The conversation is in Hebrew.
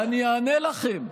אני אענה לכם.